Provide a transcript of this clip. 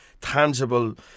tangible